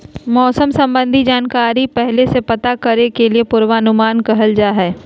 मौसम संबंधी जानकारी के पहले से पता करे के ही पूर्वानुमान कहल जा हय